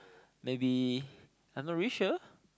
maybe I'm not really sure